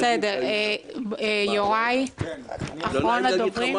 יוראי, אחרון הדוברים.